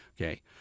okay